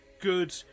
good